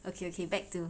okay okay back to